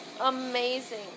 amazing